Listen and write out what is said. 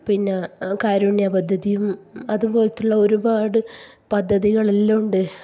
പിന്നെ കാരുണ്യ പദ്ധതിയും അതുപോലെയുള്ള ഒരുപാട് പദ്ധതികളെല്ലാം ഉണ്ട്